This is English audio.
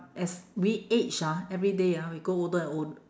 as we age ah everyday ah we grow older and old~